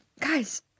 Guys